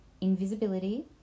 invisibility